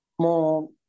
more